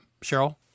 cheryl